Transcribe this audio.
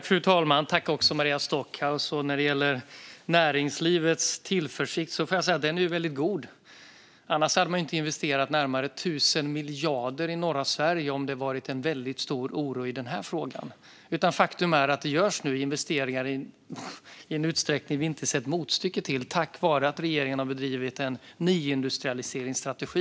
Fru talman! När det gäller näringslivets tillförsikt får jag säga att den är väldigt god. Man hade inte investerat närmare 1 000 miljarder i norra Sverige om det hade funnits en väldigt stor oro i den här frågan. Faktum är att det nu görs investeringar i en utsträckning vi inte sett motstycke till tack vare att regeringen har bedrivit en nyindustrialiseringsstrategi.